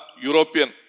European